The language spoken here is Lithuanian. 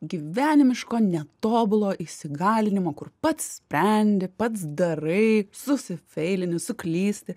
gyvenimiško ne tobulo įsigalinimo kur pats sprendi pats darai susifeilini suklysti